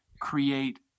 create